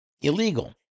illegal